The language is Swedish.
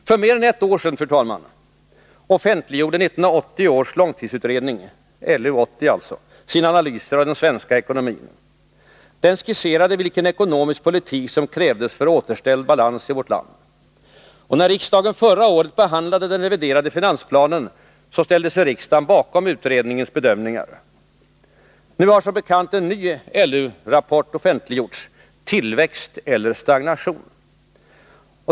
För mer än ett år sedan, fru talman, offentliggjorde 1980 års långtidsutredning, LU 80, sina analyser av den svenska ekonomin. Utredningen skisserade vilken ekonomisk politik som krävdes för återställd balans i vårt land. När riksdagen förra året behandlade den reviderade finansplanen, ställde riksdagen sig bakom utredningens bedömningar. Nu har som bekant en ny LU-rapport offentliggjorts: Tillväxt eller stagnation.